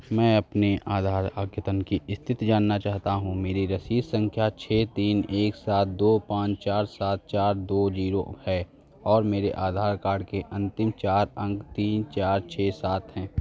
मैं अपने आधार अद्यतन की स्थिति जानना चाहता हूँ मेरी रसीद संख्या छः तीन एक सात दो पाँच चार सात चार दो जीरो है और मेरे आधार कार्ड के अन्तिम चार अंक तीन चार छः सात हैं